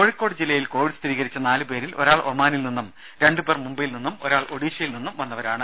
ദേദ കോഴിക്കോട് ജില്ലയിൽ കോവിഡ് സ്ഥിരീകരിച്ച നാലു പേരിൽ ഒരാൾ ഒമാനിൽ നിന്നും രണ്ട് പേർ മുംബൈയിൽ നിന്നും ഒരാൾ ഒഡീഷയിൽ നിന്നും വന്നവരാണ്